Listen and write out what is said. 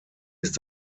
ist